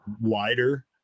wider